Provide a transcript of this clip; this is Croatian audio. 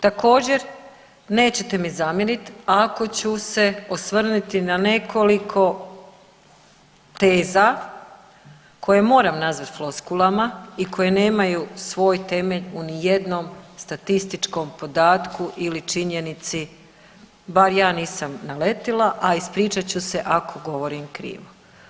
Također nećete mi zamjeriti ako ću se osvrnuti na nekoliko teza koje moram nazvati floskulama i koje nemaju svoj temelj u nijednom statističkom podatku ili činjenici bar ja nisam naletila, a ispričat ću se ako govorim krivo.